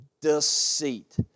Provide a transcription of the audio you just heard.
Deceit